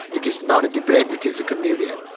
it is not a debate, it is a communion.